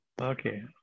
Okay